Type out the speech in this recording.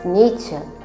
nature